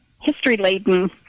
history-laden